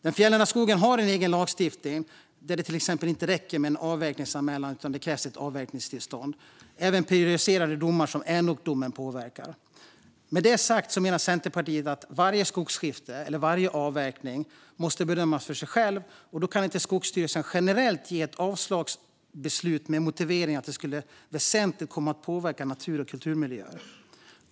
Den fjällnära skogen har en egen lagstiftning där det till exempel inte räcker med avverkningsanmälan utan det krävs ett avverkningstillstånd. Även prejudicerande domar som Änokdomen påverkar. Med detta sagt menar Centerpartiet att varje skogsskifte eller avverkning måste bedömas för sig, och då kan inte Skogsstyrelsen generellt ge ett avslagsbeslut med motiveringen att avverkningen skulle väsentligt komma att påverka natur och kulturmiljöer.